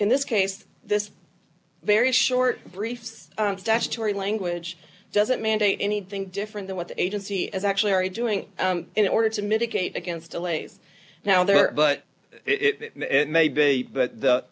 in this case this very short briefs on statutory language doesn't mandate anything different than what the agency is actually already doing in order to mitigate against delays now there but it may be but the